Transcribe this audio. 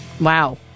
Wow